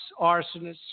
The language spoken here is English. arsonists